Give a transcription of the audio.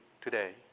today